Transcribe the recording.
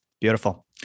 Beautiful